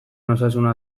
osasuna